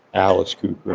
alice cooper,